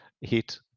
heat